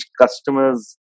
customer's